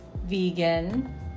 vegan